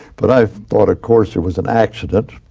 but i thought of course, it was an accident.